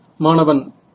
மாணவன் இல்லை